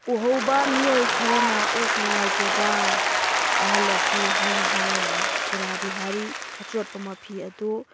ꯎꯍꯧꯕ ꯃꯤꯑꯣꯏ ꯈꯔꯅ ꯑꯣ ꯅꯨꯉꯥꯏꯇꯦꯗ ꯑꯍꯜ ꯑꯁꯤ ꯍꯥꯏꯅ ꯍꯥꯏꯅꯔꯝꯃꯤ ꯈꯨꯔꯥ ꯕꯤꯍꯥꯔꯤ ꯑꯆꯣꯠꯄ ꯃꯐꯤ ꯑꯗꯨ